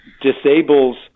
disables